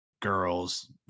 girls